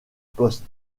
poste